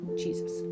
Jesus